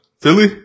Philly